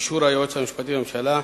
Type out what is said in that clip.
אישור היועץ המשפטי לממשלה.